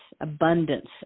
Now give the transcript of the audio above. Abundance